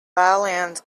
violins